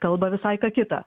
kalba visai ką kita